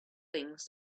things